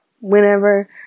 whenever